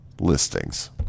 listings